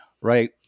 right